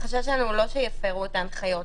החשש שלנו הוא לא שיפרו את ההנחיות.